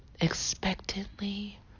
expectantly